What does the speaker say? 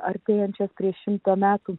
artėjančias prieš šimtą metų